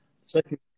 Second